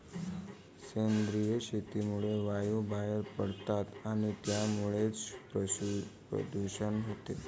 सेंद्रिय शेतीमुळे वायू बाहेर पडतात आणि त्यामुळेच प्रदूषण होते